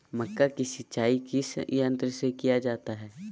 मक्का की सिंचाई किस यंत्र से किया जाता है?